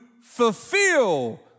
fulfill